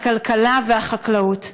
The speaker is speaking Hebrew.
משרד הכלכלה ומשרד החקלאות?